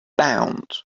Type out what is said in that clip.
bound